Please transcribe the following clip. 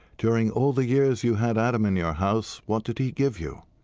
during all the years you had adam in your house, what did he give you?